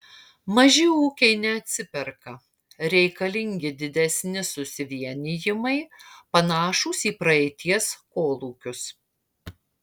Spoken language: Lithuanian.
maži ūkiai neatsiperka reikalingi didesni susivienijimai panašūs į praeities kolūkius